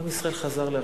עם ישראל חזר לארצו,